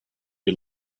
you